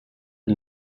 die